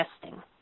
testing